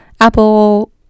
Apple